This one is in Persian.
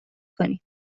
کنیم